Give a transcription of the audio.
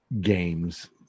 games